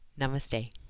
Namaste